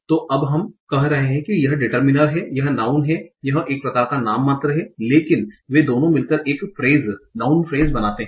तो अब हम कह रहे हैं यह डिटर्मिनर है यह नाउँन है यह एक प्रकार का नाममात्र है लेकिन वे दोनों मिलकर एक फ्रेस नाउँन फ्रेस बनाते हैं